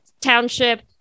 township